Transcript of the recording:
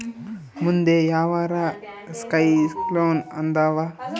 ಮುಂದೆ ಯಾವರ ಸೈಕ್ಲೋನ್ ಅದಾವ?